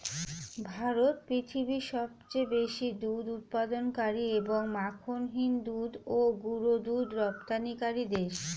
ভারত পৃথিবীর সবচেয়ে বেশি দুধ উৎপাদনকারী এবং মাখনহীন দুধ ও গুঁড়ো দুধ রপ্তানিকারী দেশ